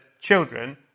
children